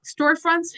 storefronts